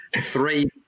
three